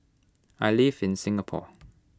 I live in Singapore